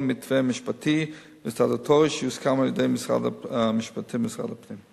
מתווה משפטי וסטטוטורי שיוסכם על-ידי משרד המשפטים ומשרד הפנים.